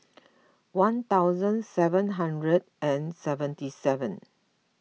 one thousand seven hundred and seventy seven